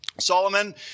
Solomon